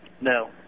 No